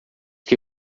que